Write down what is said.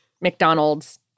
McDonald's